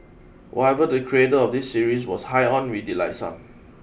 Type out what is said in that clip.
whatever the creator of this series was high on we'd like some